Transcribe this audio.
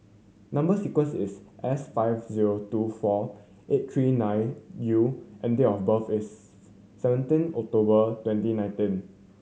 number sequence is S five zero two four eight three nine U and date of birth is seventeen October twenty nineteen